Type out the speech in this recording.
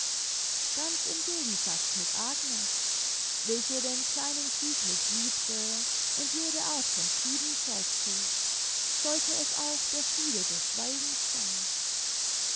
ganz im gegensatz mit agnes welche den kleinen krieg nicht liebte und jede art von frieden vorzog sollte es auch der friede des schweigens sein